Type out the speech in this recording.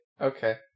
Okay